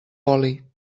oli